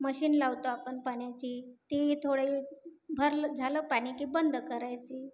machine लावतो आपण पाण्याची ती थोडी भरलं झालं पाणी की बंद करायची